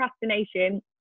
procrastination